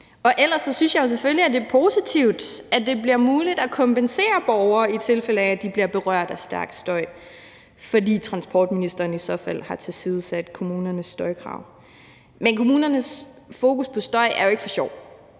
Ellers synes jeg selvfølgelig, det er positivt, at det bliver muligt at kompensere borgere, i tilfælde af at de bliver berørt af stærk støj, fordi transportministeren i så fald har tilsidesat kommunernes støjkrav. Men kommunernes fokus på støj er jo ikke for sjov,